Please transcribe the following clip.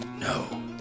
No